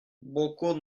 beaucoup